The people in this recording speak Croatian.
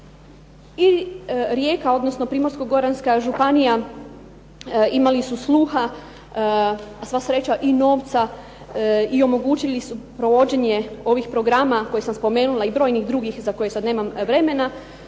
i Rijeka odnosno Primorsko-goranska županija imali su sluha, a sva sreća i novca i omogućili su provođenje ovih programa koje sam spomenula i brojnih drugih za koje sad nemam vremena,